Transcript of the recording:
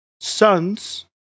sons